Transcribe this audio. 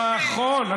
נכון.